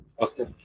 Okay